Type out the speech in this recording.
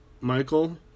Michael